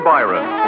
Byron